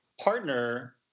partner